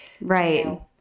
right